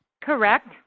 Correct